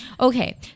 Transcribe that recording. Okay